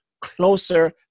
closer